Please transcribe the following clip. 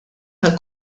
tal